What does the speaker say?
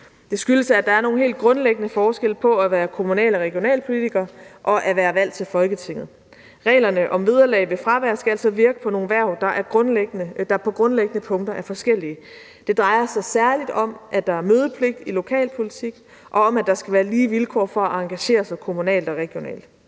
Det skyldes, at der er nogle helt grundlæggende forskelle på at være kommunal- og regionalpolitiker og at være valgt til Folketinget. Reglerne om vederlag ved fravær skal altså virke på nogle hverv, der på grundlæggende punkter er forskellige. Det drejer sig særligt om, at der er mødepligt i lokalpolitik, og om, at der skal være lige vilkår for at engagere sig kommunalt og regionalt.